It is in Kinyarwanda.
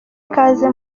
ikaze